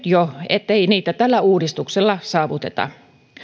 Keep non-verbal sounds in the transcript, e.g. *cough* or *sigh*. *unintelligible* jo nyt ettei niitä tällä uudistuksella saavuteta